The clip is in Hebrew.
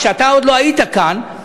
כשאתה עוד לא היית כאן,